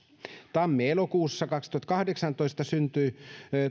tammi elokuussa kaksituhattakahdeksantoista syntyi